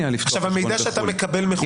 במידע שאתה מקבל מחו"ל --- למה?